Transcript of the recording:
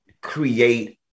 create